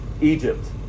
Egypt